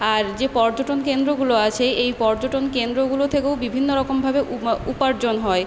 আর যে পর্যটন কেন্দ্রগুলো আছে এই পর্যটন কেন্দ্রগুলো থেকেও বিভিন্ন রকমভাবে উপা উপার্জন হয়